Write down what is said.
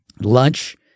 lunch